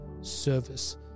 service